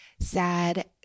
sad